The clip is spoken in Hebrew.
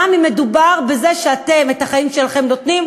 גם אם מדובר בזה שאתם את החיים שלכם נותנים